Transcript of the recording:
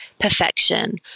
perfection